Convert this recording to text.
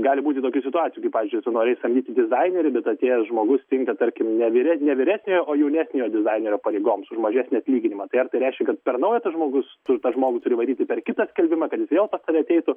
gali būti tokių situacijų kai pavyzdžiui tu norėjai samdyti dizainerį bet atėjęs žmogus tinka tarkim ne vyre ne vyresniojo o jaunesniojo dizainerio pareigoms už mažesnį atlyginimą tai ar tai reiškia kad per naujo tas žmogus tu tą žmogų turi varyti per kitą skelbimą kad jis vėl pas tave ateitų